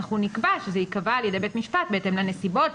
אנחנו נקבע שזה ייקבע על ידי בית המשפט בהתאם לנסיבות,